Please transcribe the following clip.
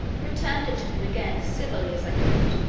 returned it to him again as civilly as i could.